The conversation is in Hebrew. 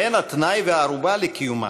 שהן התנאי והערובה לקיומה,